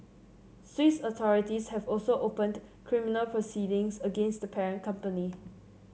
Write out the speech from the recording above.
swiss authorities have also opened criminal proceedings against the parent company